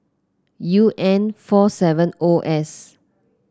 U N four seven O S